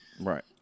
Right